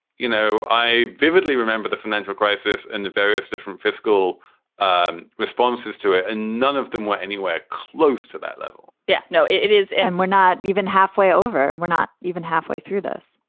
you know, i vividly remember the financial crisis and the various different fiscal um responses to it, and none of them were anywhere close to that level yeah. no, it is. and we're not even halfway over. we're not even halfway through this.